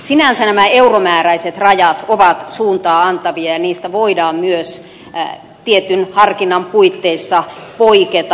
sinänsä nämä euromääräiset rajat ovat suuntaa antavia ja niistä voidaan myös tietyn harkinnan puitteissa poiketa